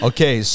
Okay